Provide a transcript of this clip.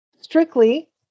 strictly